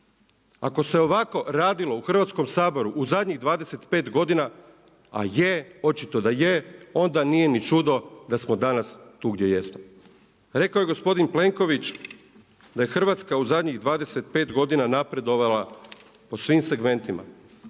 Ako se ovako radilo u Hrvatskom saboru u zadnjih 25 godina, a je, očito da je, onda nije ni čudo da smo danas tu gdje jesmo. Rekao je gospodin Plenković da je Hrvatska u zadnjih 25 godina napredovala po svim segmentima.